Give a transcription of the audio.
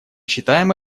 считаем